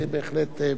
וזה בהחלט במקום.